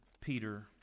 Peter